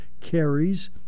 carries